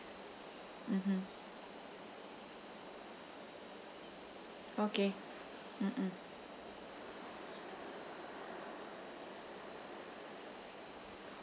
mmhmm okay mm mm